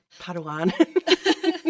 Padawan